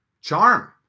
charm